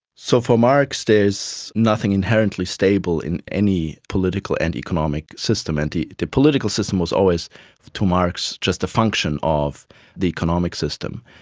so for marx there's nothing inherently stable in any political and economic system. and the political system was always to marx just a function of the economic system.